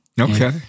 Okay